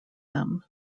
them